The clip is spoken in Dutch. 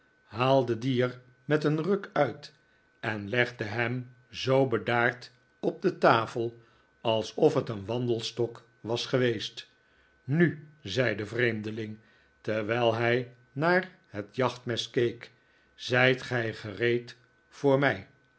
haalde dien er met een ruk uit en legde hem zoo bedaard op de tafel alsof het een wandelstok was geweest nu zei de vreemdeling terwijl hij naar het jachtmes keek zijt gij gereed voor mij